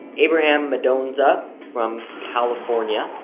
abraham madonza from california.